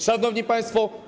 Szanowni Państwo!